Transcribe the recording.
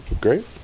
Great